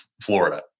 Florida